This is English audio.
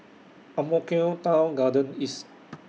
Ang Mo Kio Town Garden East